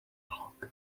clock